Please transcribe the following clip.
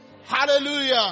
Hallelujah